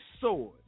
sword